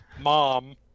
mom